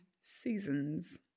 seasons